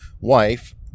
wife